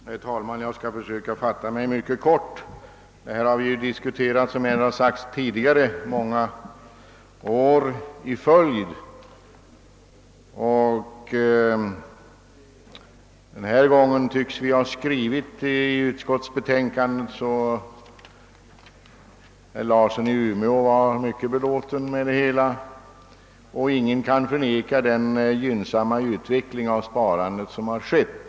Herr talman! Jag skall försöka fatta mig mycket kort. Denna fråga har vi som redan sagts diskuterat många år i följd, och den här gången tycks vi ha skrivit utskottsbetänkandet på ett sådant sätt att herr Larsson i Umeå var mycket belåten med det hela. Ingen kan förneka den gynnsamma utveckling av sparandet som skett.